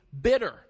bitter